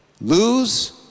lose